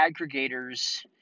aggregators